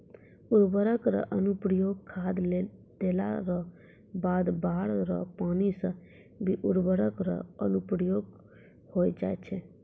उर्वरक रो अनुप्रयोग खाद देला रो बाद बाढ़ रो पानी से भी उर्वरक रो अनुप्रयोग होय जाय छै